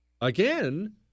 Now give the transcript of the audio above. Again